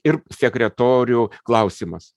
ir sekretorių klausimas